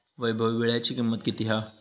वैभव वीळ्याची किंमत किती हा?